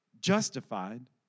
justified